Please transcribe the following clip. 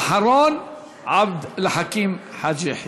ואחרון, עבד אל חכים חאג' יחיא.